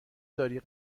داری